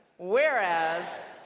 whereas